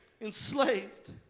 enslaved